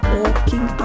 walking